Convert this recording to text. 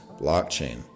blockchain